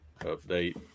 update